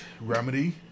Remedy